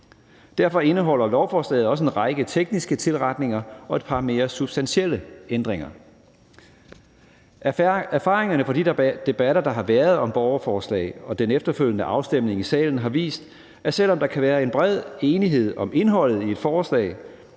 Derfor indeholder lovforslaget også en række tekniske tilretninger og et par mere substantielle ændringer. Erfaringerne fra de debatter, der har været om borgerforslag, og den efterfølgende afstemning i salen har vist, at selv om der kan være en bred enighed om indholdet i et forslag,